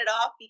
off